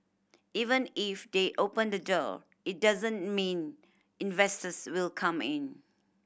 even if they open the door it doesn't mean investors will come in